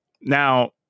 Now